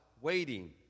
waiting